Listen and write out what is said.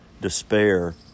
despair